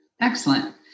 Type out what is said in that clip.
excellent